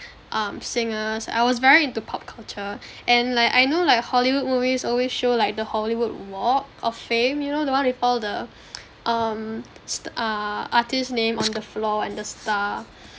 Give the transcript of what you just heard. um singers I was very into pop culture and like I know like hollywood movies always show like the hollywood walk of fame you know the one with all the um st~ err artist name on the floor and the star